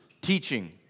teaching